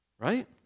right